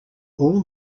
all